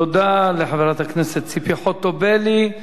תודה לחברת הכנסת ציפי חוטובלי.